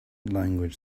language